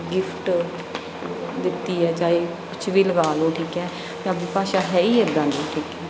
gift ਦਿੱਤੀ ਹੈ ਚਾਹੇ ਕੁਝ ਵੀ ਲਗਾ ਲਓ ਠੀਕ ਹੈ ਪੰਜਾਬੀ ਭਾਸ਼ਾ ਹੈ ਹੀ ਇੱਦਾਂ ਦੀ ਠੀਕ ਹੈ